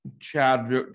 Chad